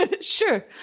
sure